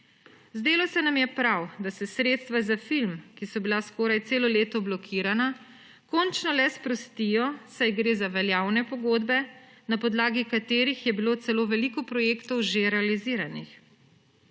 Zdelo se nam je prav, da se sredstva za film, ki so bila skoraj celo leto blokirana, končno le sprostijo, saj gre za veljavne pogodbe, na podlagi katerih je bilo celo veliko projektov že realiziranih.